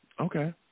Okay